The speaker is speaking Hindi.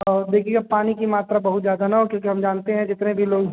और देखिए पानी की मात्रा बहुत ज़्यादा ना हो क्यूँकि हम जानते हैं जितने भी लोग